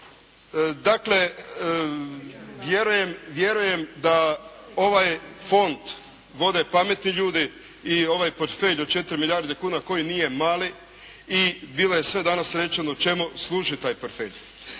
Dakle vjerujem da ovaj fond vode pametni ljudi i ovaj portfelj od 4 milijarde kuna koji nije mali i bilo je sve danas rečeno čemu služi taj portfelj.